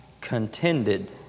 contended